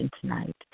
tonight